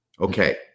okay